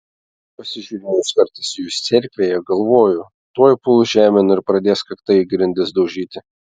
pasižiūrėjus kartais į jus cerkvėje galvoju tuoj puls žemėn ir pradės kakta į grindis daužyti